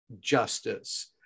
justice